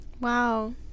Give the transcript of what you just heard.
Wow